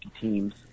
teams